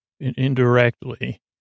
indirectly